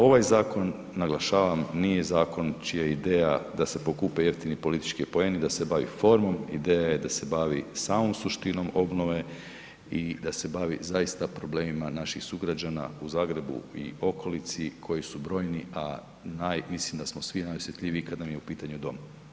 Ovaj zakon, naglašavam, nije zakon čija je ideja da se pokupe jeftini politički poeni, da se bavi formom, ideja je da se bavi samom suštinom obnove i da se bavi zaista problemima naših sugrađana u Zagrebu i okolici koji su brojni, a naj, mislim da smo svi najosjetljiviji kad nam je u pitanju dom.